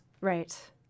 Right